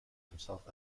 himself